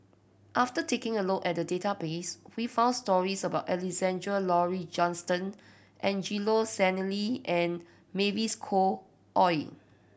after taking a look at the database we found stories about Alexander Laurie Johnston Angelo Sanelli and Mavis Khoo Oei